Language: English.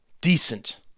decent